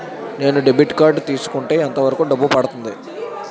నేను debit card తీసుకుంటే ఎంత వరకు డబ్బు పడుతుంది?